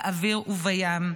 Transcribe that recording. באוויר ובים.